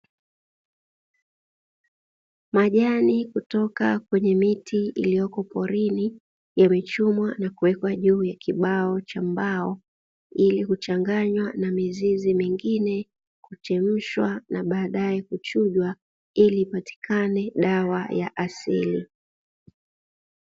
Majanai Kutoka kwenye miti iliyoko porini yame chumwa na kuwekwa juu ya kibao cha mbao ili kuchanganywa na mizizi mengine, kuchemshwa na baadaye kuchujwa ili ipatikane dawa ya asili.